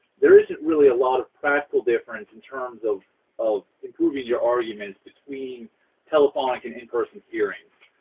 there isn't really a lot of practical difference in terms of of improving your arguments between telephonic and in-person hearings.